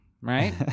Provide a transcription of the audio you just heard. right